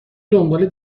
دنبال